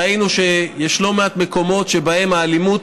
ראינו שיש לא מעט מקומות שבהם האלימות